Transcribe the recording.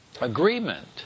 Agreement